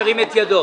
ירים את ידו.